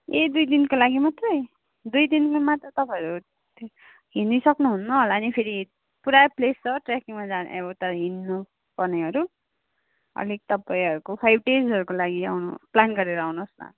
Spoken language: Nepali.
ए दुई दिनको लागि मात्रै दुई दिनमा त तपाईँहरू हिँडिसक्नु हुन्नहोला नि फेरि पुरा प्लेस छ ट्रेकिङमा जाने उता हिँड्नु पर्नेहरू अलिक तपाईँहरूको फाइभ डेजहरूको लागि आउनु प्लान गरेर आउनुहोस् न